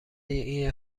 این